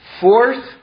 fourth